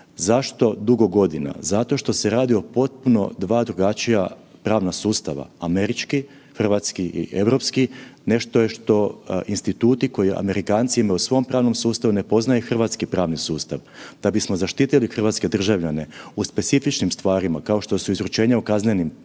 Zašto dugo godina? Zato što se radi o potpuno dva drugačija pravna sustava, američki, hrvatski i europski nešto je što instituti koji Amerikanci imaju u svom pravnom sustavu ne poznaje hrvatski pravni sustav. Da bismo zaštitili hrvatske državljane u specifičnim stvarima kao što su specifična pitanja,